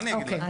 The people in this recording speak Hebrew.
מה אני אגיד לך.